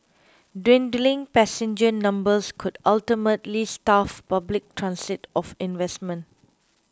dwindling passenger numbers could ultimately starve public transit of investment